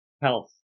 Health